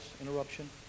interruption